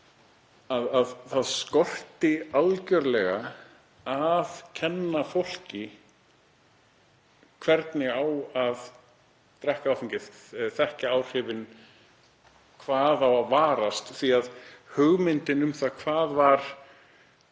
Það skorti algjörlega á það að kenna fólki hvernig á að drekka áfengi, þekkja áhrifin, hvað á að varast, því að hugmyndin um það hvað var